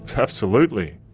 absolutely.